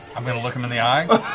i'm going to look him in the eye.